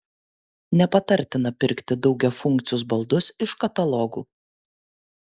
nepatartina pirkti daugiafunkcius baldus iš katalogų